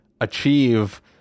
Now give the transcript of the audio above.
achieve